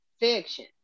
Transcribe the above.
fiction